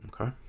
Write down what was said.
Okay